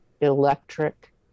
electric